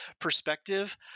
perspective